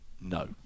no